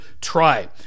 try